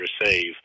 receive